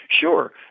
Sure